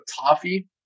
toffee